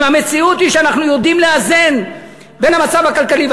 אם המציאות היא שאנחנו יודעים לאזן בין המצב הכלכלי,